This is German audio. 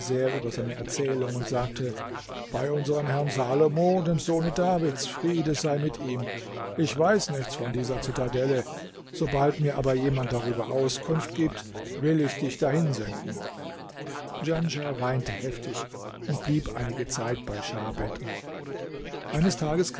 über seine erzählung und sagte bei unserem herrn salomo dem sohne davids friede sei mit ihm ich weiß nichts von dieser zitadelle sobald mir aber jemand darüber auskunft gibt will ich dich dahin senden djanschah weinte heftig und blieb einige zeit bei schah bedr eines tages